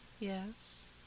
Yes